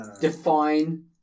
Define